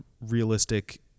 realistic